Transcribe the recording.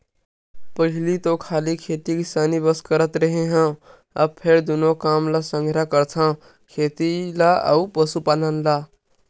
पहिली तो खाली खेती किसानी बस करत रेहे हँव, अब फेर दूनो काम ल संघरा करथव खेती ल अउ पसुपालन ल